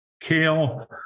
kale